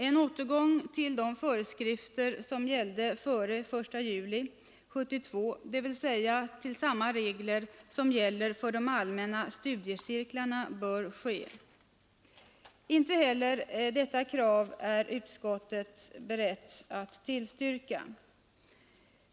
En återgång till de föreskrifter som fanns före den 1 juli 1972, dvs. till samma regler som gäller för de allmänna studiecirklarna, bör ske. Inte heller det kravet är utskottet berett att tillstyrka.